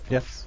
Yes